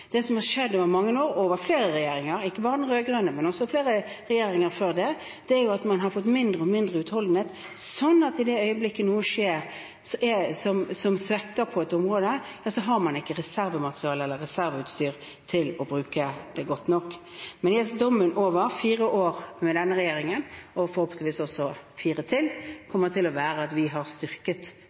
Det som har skjedd over mange år og under flere regjeringer – ikke bare under den rød-grønne, men også under flere regjeringer før det – er at man har fått mindre og mindre utholdenhet, slik at i det øyeblikket noe skjer som svekker et område, har man ikke reservemateriell eller reserveutstyr til å bruke det godt nok. Jeg tror dommen over fire år – og forhåpentligvis også fire til – med denne regjeringen kommer til å være at vi har styrket